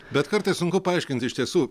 bet kartais sunku paaiškinti iš tiesų